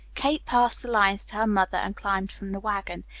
kate passed the lines to her mother, and climbed from the wagon.